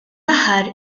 aħħar